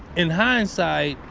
in hindsight,